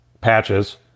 patches